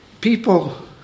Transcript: people